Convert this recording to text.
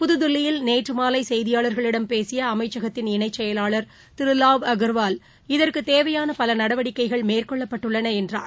புதுதில்லியில் நேற்றுமாலைசெய்தியாளா்களிடம் பேசியஅமைச்சகத்தின் இணைச் செயலாளர் திருவாவ் அக்வாவ் இதற்குத் தேவையானபலநடவடிக்கைகள் மேற்கொள்ளப்பட்டுள்ளனஎன்றார்